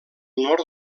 nord